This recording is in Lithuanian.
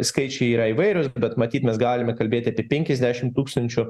skaičiai yra įvairiūs bet matyt mes galime kalbėti apie penkiasdešimt tūkstančių